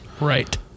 Right